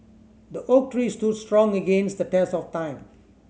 the oak tree stood strong against the test of time